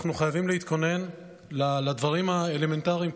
אנחנו חייבים להתכונן לדברים האלמנטריים.